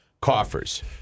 coffers